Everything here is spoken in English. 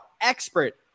expert